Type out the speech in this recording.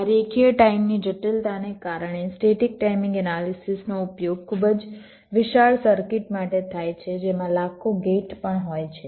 આ રેખીય ટાઈમની જટિલતાને કારણે સ્ટેટિક ટાઈમિંગ એનાલિસિસનો ઉપયોગ ખૂબ જ વિશાળ સર્કિટ માટે થાય છે જેમાં લાખો ગેટ પણ હોય છે